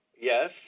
yes